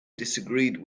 disagreed